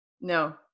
No